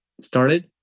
started